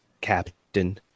Captain